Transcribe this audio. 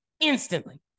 instantly